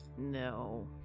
No